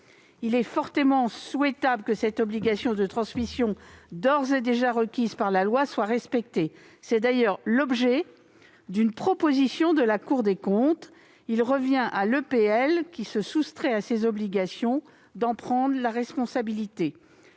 Il est fortement souhaitable que cette obligation de transmission, d'ores et déjà requise par la loi, soit respectée. C'est d'ailleurs l'objet d'une proposition de la Cour des comptes. Il revient à l'EPL qui se soustrait à ses obligations d'en supporter la responsabilité.